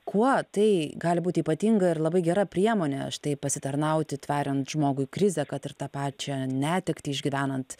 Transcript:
kuo tai gali būt ypatinga ir labai gera priemonė štai pasitarnauti tveriant žmogui krizę kad ir tą pačią netektį išgyvenant